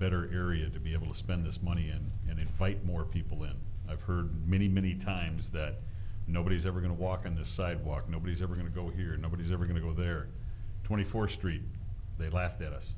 better area to be able to spend this money and invite more people in i've heard many many times that nobody's ever going to walk on the sidewalk nobody's ever going to go here nobody's ever going to go there twenty four street they laughed at us